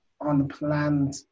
unplanned